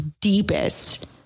deepest